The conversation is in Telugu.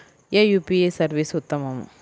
ఏ యూ.పీ.ఐ సర్వీస్ ఉత్తమము?